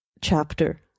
chapter